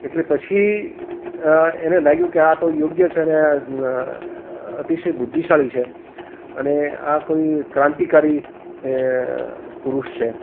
એટલે પછી એને લાગ્યું કે આ તો યોગ્ય છે ને અતિશય બુદ્ધિશાળી છે અને આ કોઈ ક્રાંતિકારી પુરુષ છે